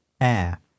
air